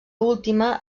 última